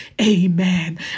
Amen